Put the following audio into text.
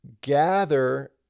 gather